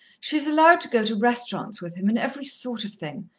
she is allowed to go to restaurants with him and every sort of thing.